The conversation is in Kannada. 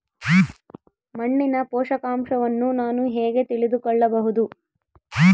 ಮಣ್ಣಿನ ಪೋಷಕಾಂಶವನ್ನು ನಾನು ಹೇಗೆ ತಿಳಿದುಕೊಳ್ಳಬಹುದು?